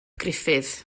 gruffudd